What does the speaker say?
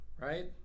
right